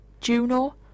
Juno